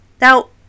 Now